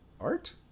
art